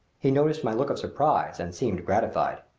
he noticed my look of surprise and seemed gratified.